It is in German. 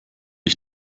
ich